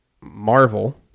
Marvel